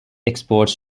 exports